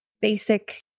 basic